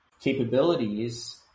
capabilities